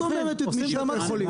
מה זאת אומרת את מי שאתם יכולים?